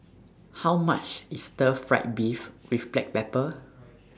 How much IS Stir Fried Beef with Black Pepper